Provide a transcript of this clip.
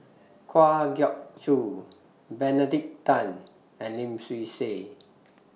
Kwa Geok Choo Benedict Tan and Lim Swee Say